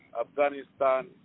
Afghanistan